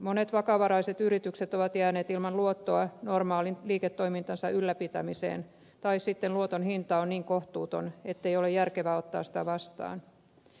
monet vakavaraiset yritykset ovat jääneet ilman luottoa normaalin liiketoimintansa ylläpitämiseen tai sitten luoton hinta on niin kohtuuton ettei ole järkevää ottaa sitä vastaan